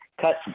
cut